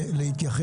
האוצר.